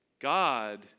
God